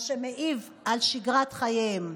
מה שמעיב על שגרת חייהם.